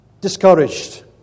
discouraged